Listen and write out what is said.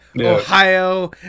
Ohio